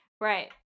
right